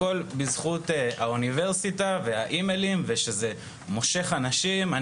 הכל בזכות האוניברסיטה והאימיילים ושזה מושך אנשים,